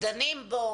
דנים בו